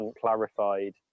clarified